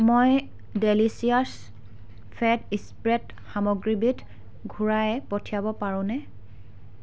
মই delicious fat spread সামগ্ৰীবিধ ঘূৰাই পঠিয়াব পাৰোঁনে